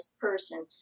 person